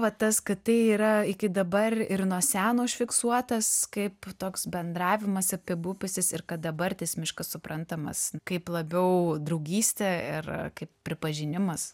va tas kad tai yra iki dabar ir nuo seno užfiksuotas kaip toks bendravimas apibupusis ir kad dabar tas miškas suprantamas kaip labiau draugystė ir kaip pripažinimas